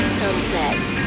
sunsets